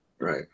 Right